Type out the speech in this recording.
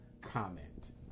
comment